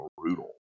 brutal